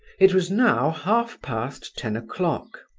it was now half-past ten o'clock.